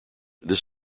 this